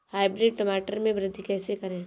Hybrid टमाटर में वृद्धि कैसे करें?